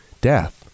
death